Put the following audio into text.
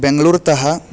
बेङ्गलूर्तः